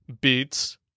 beats